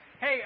Hey